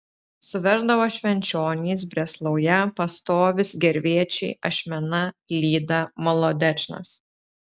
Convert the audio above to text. suveždavo švenčionys brėslauja pastovis gervėčiai ašmena lyda molodečnas